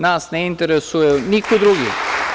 Nas ne interesuje niko drugi.